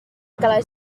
calaix